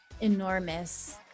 enormous